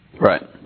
Right